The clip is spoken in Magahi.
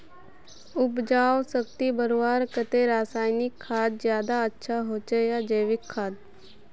उपजाऊ शक्ति बढ़वार केते रासायनिक खाद ज्यादा अच्छा होचे या जैविक खाद?